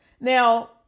Now